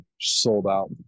sold-out